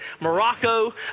Morocco